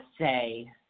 say